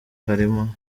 harimo